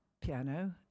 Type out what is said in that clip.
piano